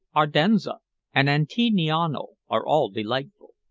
ardenza and antigniano are all delightful.